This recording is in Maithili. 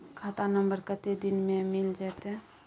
खाता नंबर कत्ते दिन मे मिल जेतै?